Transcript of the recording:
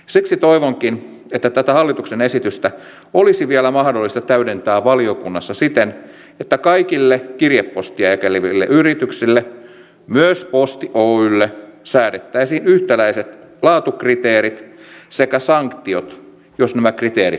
siksi toivonkin että tätä hallituksen esitystä olisi vielä mahdollista täydentää valiokunnassa siten että kaikille kirjepostia jakeleville yrityksille myös posti oyjlle säädettäisiin yhtäläiset laatukriteerit sekä sanktiot jos nämä kriteerit eivät toteudu